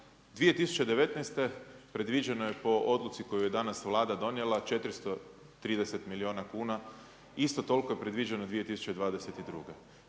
2019. predviđeno je odluci koju je danas Vlada donijela, 43 milijun kuna, isto toliko je predviđeno 2022.